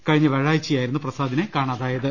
കഴിഞ്ഞ വ്യാഴാഴ്ച യായിരുന്നു പ്രസാദിനെ കാണാതായത്